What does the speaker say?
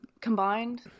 combined